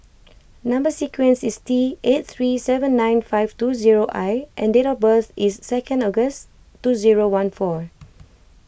Number Sequence is T eight three seven nine five two zero I and date of birth is second August two zero one four